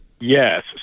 Yes